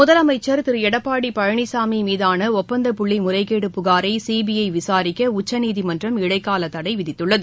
முதலமைச்சர் திரு எடப்பாடி பழனிசாமி மீதான ஒப்பந்தப் புள்ளி முறைகேடு புகாரை சிபிஐ விசாரிக்க உச்சநீதிமன்றம் இடைக்கால தடை விதித்துள்ளது